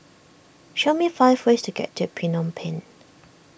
show me five ways to get to Phnom Penh